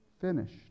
finished